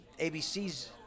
ABC's